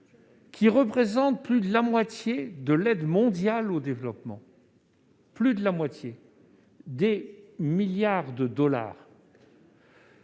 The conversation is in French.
qui représentent plus de la moitié de l'aide mondiale au développement, soit des milliards de dollars,